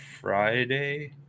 Friday